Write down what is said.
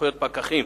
סמכויות פקחים).